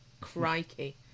crikey